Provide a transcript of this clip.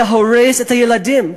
זה הורס את הילדים,